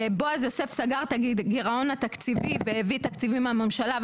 בועז יוסף סגר את הגרעון התקציבי והביא תקציבים מהממשלה.